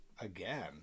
Again